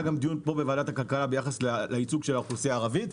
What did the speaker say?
היה גם דיון פה בוועדת הכלכלה ביחס לייצוג של האוכלוסייה הערבית.